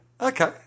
okay